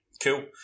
Cool